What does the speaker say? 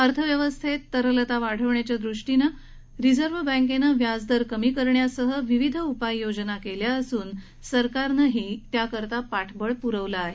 अर्थव्यवस्थेत तरलता वाढवण्याच्या दृष्टीने रिझर्व बँकेनं व्याजदर कमी करण्यासह विविध उपाययोजना केल्या असून सरकारनंही पाठबळ पुरवलं आहे